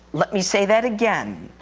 let me say that again.